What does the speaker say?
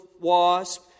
wasp